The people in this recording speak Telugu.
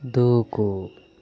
దూకు